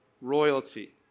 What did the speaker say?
Royalty